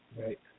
Right